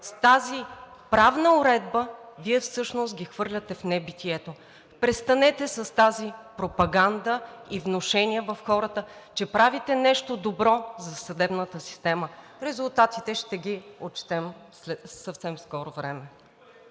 с тази правна уредба Вие всъщност ги хвърляте в небитието. Престанете с тази пропаганда и внушения в хората, че правите нещо добро за съдебната система. Резултатите ще ги отчетем в съвсем скоро време.